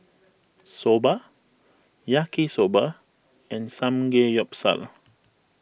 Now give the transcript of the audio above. Soba Yaki Soba and Samgeyopsal